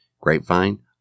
Grapevine